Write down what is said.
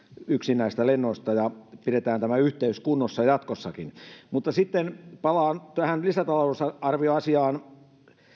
yksin näistä lennoista ja pidetään tämä yhteys kunnossa jatkossakin mutta sitten palaan tähän lisätalousarvioasiaan